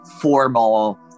formal